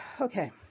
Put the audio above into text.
Okay